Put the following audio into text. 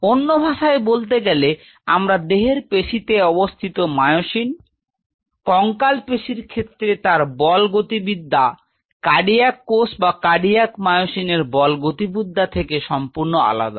অন্য ভাষায় বলতে গেলে আমার দেহের পেশিতে অবস্থিত মায়োসিন কঙ্কাল পেশির ক্ষেত্রে তার বল্ গতিবিদ্যা কার্ডিয়াক কোষ বা কার্ডিয়াক মায়োসিনের বল গতিবিদ্যা থেকে সম্পূর্ণ আলাদা